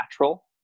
natural